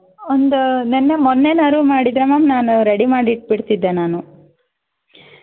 ಒಂದು ನೆನ್ನೆ ಮೊನ್ನೆನಾದ್ರು ಮಾಡಿದ್ದರೆ ಮ್ಯಾಮ್ ನಾನು ರೆಡಿ ಮಾಡಿಟ್ಬಿಡ್ತಿದ್ದೆ ನಾನು